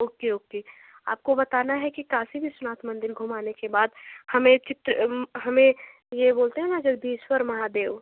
okay okay आपको बताना है कि काशी विश्वनाथ मंदिर घुमाने के बाद हमें चित्त हमें ये बोलते हैं न जगदीश्वर महादेव